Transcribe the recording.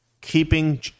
keeping